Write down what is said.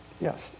Yes